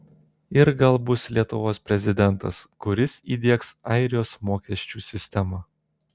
ir gal bus lietuvos prezidentas kuris įdiegs airijos mokesčių sistemą